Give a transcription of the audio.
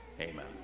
Amen